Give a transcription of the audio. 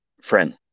friend